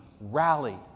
rally